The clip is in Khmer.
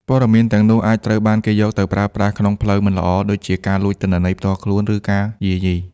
ព័ត៌មានទាំងនោះអាចត្រូវបានគេយកទៅប្រើប្រាស់ក្នុងផ្លូវមិនល្អ ដូចជាការលួចទិន្នន័យផ្ទាល់ខ្លួន ឬការយាយី។